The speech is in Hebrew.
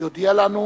תודיע לנו.